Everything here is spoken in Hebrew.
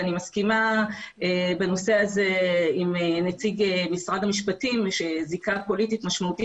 אני מסכימה בנושא הזה עם נציג משרד המשפטים שזיקה פוליטית משמעותית